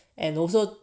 and also